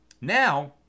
Now